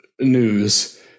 news